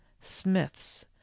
smiths